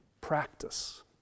practice